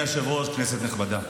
אדוני היושב-ראש, כנסת נכבדה,